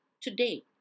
Today